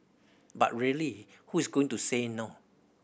but really who is going to say no